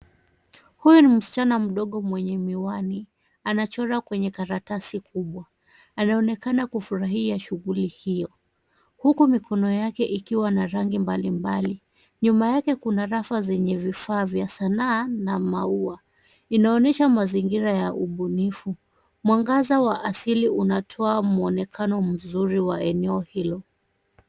Huyu ni msichana mdogo mwenye miwani. Anachora kwenye karatasi kubwa, anaonekana kufurahia shughuli hiyo huku mikono yake ikiwa na rangi mbalimbali. Nyuma yake kuna rafa zenye vifaa vya sanaa na maua. Inaonyesha mazingira ya ubunifu. Mwangaza wa asili unatoa mwonekano mzuri wa eneo hilo.